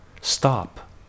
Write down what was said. Stop